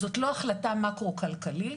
זאת לא החלטה מקרו-כלכלית,